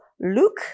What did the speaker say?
Luke